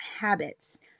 habits